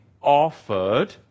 offered